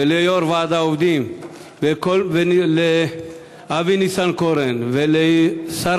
וליו"ר ועד העובדים ולאבי ניסנקורן ולשר